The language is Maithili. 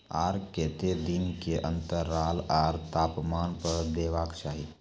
आर केते दिन के अन्तराल आर तापमान पर देबाक चाही?